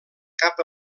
cap